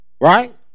Right